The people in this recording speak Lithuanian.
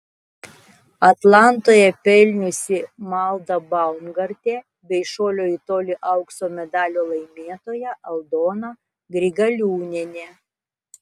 atlantoje pelniusi malda baumgartė bei šuolio į tolį aukso medalio laimėtoja aldona grigaliūnienė